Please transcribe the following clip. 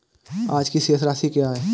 आज की शेष राशि क्या है?